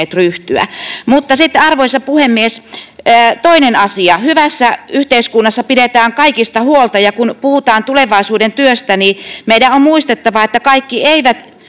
Mutta sitten, arvoisa puhemies, toinen asia: Hyvässä yhteiskunnassa pidetään kaikista huolta. Ja kun puhutaan tulevaisuuden työstä, niin meidän on muistettava, että kaikki eivät